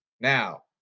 Now